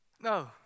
no